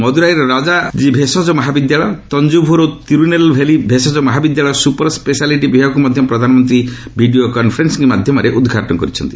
ମଦୁରାଇର ରାଜାଜୀ ଭେଷଜ ମହାବିଦ୍ୟାଳୟ ତଞ୍ଜୁଭୁର୍ ଓ ତିରୁନେଲଭେଲୀ ଭେଷଜ ମହାବିଦ୍ୟାଳୟର ସ୍କୁପର ସ୍କେଶାଲିଟି ବିଭାଗକୁ ମଧ୍ୟ ପ୍ରଧାନମନ୍ତ୍ରୀ ଭିଡ଼ିଓ କନ୍ଫରେନ୍ସିଂ ମାଧ୍ୟମରେ ଉଦ୍ଘାଟନ କରିଛନ୍ତି